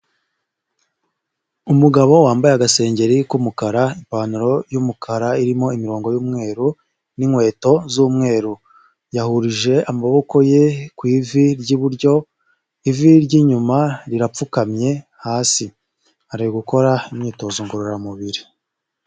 Umugabo wambaye agasengeri k'umukara, ipantaro y'umukara, irimo imirongo y'umweru n'inkweto z'umweru, yahurije amaboko ye ku ivi ry'iburyo, ivi ry'inyuma rirapfukamye hasi, ari gukora imyitozo ngororamubiri.